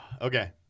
Okay